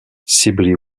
sibley